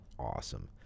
awesome